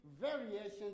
variations